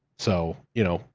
so, you know,